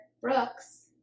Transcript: Brooks